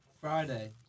Friday